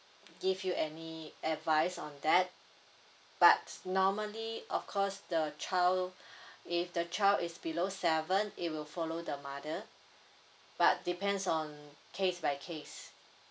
give you any advice on that but normally of course the child if the child is below seven it will follow the mother but depends on case by case